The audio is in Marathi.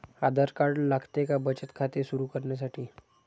आधार कार्ड लागते का बचत खाते सुरू करण्यासाठी?